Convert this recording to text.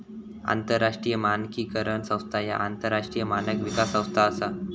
आंतरराष्ट्रीय मानकीकरण संस्था ह्या आंतरराष्ट्रीय मानक विकास संस्था असा